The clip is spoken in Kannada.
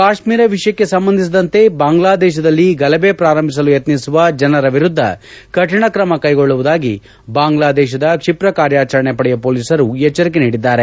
ಕಾಶ್ಮೀರ ವಿಷಯಕ್ಕೆ ಸಂಬಂಧಿಸಿದಂತೆ ಬಾಂಗ್ಲಾದೇಶದಲ್ಲಿ ಗಲಭೆ ಪ್ರಾರಂಭಿಸಲು ಯತ್ನಿಸುವ ಜನರ ವಿರುದ್ಧ ಕಠಿಣ ಕ್ರಮ ಕೈಗೊಳ್ಳುವುದಾಗಿ ಬಾಂಗ್ಲಾದೇಶದ ಕ್ಷಿಪ್ರ ಕಾರ್ಯಾಚರಣೆ ಪಡೆಯ ಪೊಲೀಸರು ಎಚ್ವರಿಕೆ ನೀಡಿದ್ದಾರೆ